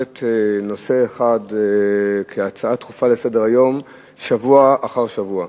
נושא כהצעה דחופה לסדר-היום שבוע אחר שבוע.